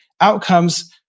outcomes